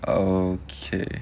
okay